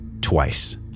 twice